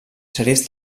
sèries